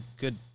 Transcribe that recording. good